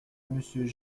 monsieur